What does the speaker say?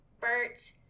Bert